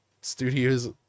studios